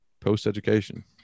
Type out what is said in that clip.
post-education